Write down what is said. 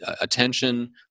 attention